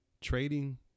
trading